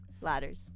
ladders